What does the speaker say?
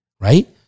right